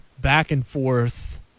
back-and-forth